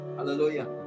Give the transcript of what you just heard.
Hallelujah